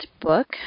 book